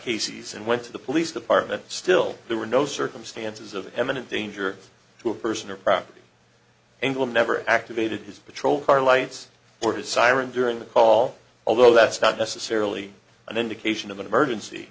casey's and went to the police department still there were no circumstances of eminent danger to a person or property and will never activated his patrol car lights or his siren during the call although that's not necessarily an indication of an emergency